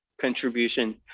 contribution